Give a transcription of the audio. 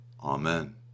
Amen